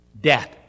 Death